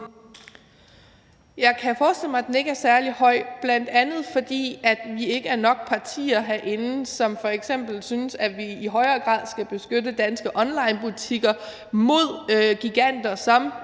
Jeg kan forestille mig, at den ikke er særlig høj, bl.a. fordi vi ikke er nok partier herinde, som f.eks. synes, at vi i højere grad skal beskytte danske onlinebutikker mod giganter